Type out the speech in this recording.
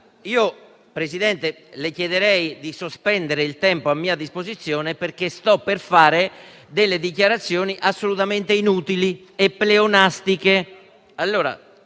Presidente, le chiederei di sospendere il tempo a mia disposizione, perché sto per fare delle dichiarazioni assolutamente inutili e pleonastiche